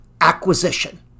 acquisition